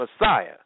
Messiah